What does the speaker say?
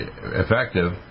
effective